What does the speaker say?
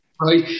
right